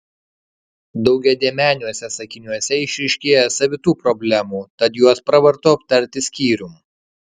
daugiadėmeniuose sakiniuose išryškėja savitų problemų tad juos pravartu aptarti skyrium